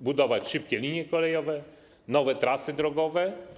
budować szybkie linie kolejowe, nowe trasy drogowe.